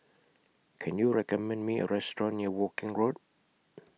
Can YOU recommend Me A Restaurant near Woking Road